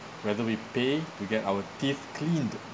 rather we pay to get our teeth cleaned